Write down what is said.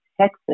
Texas